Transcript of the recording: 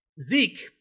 zeke